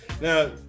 Now